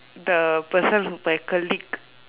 the person who my colleague